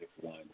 One